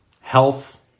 health